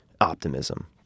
optimism